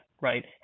right